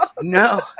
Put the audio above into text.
No